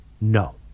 no